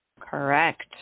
Correct